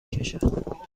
کشد